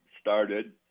started